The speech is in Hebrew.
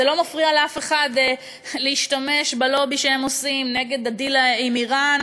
זה לא מפריע לאף אחד להשתמש בלובי שהם עושים נגד הדיל עם איראן.